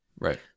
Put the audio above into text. Right